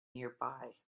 nearby